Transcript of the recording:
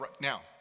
Now